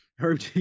Herb